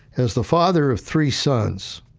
as the father of three sons,